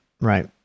right